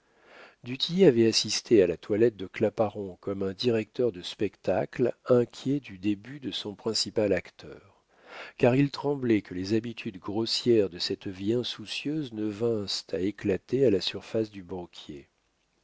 tillet avait assisté à la toilette de claparon comme un directeur de spectacle inquiet du début de son principal acteur car il tremblait que les habitudes grossières de cette vie insoucieuse ne vinssent à éclater à la surface du banquier